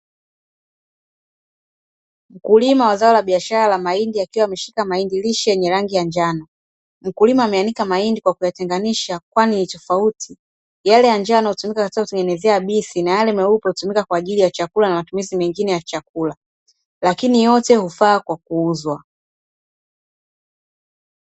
Mkulima wa zao la biashara la mahindi, akiwa ameshika mahindi lishe yenye rangi ya njano, mkulima ameanika mahindi kwa kuyatenganisha, kwani ni tofauti; yale ya njano hutumika kwa kutengenezea bisi, na yale meupe hutumika kwa ajili ya chakula na matumizi mengine ya chakula, lakini yote hufaa kwa kuuzwa.